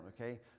okay